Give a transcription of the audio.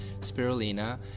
spirulina